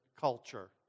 culture